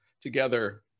together